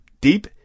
deep